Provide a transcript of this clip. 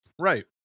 right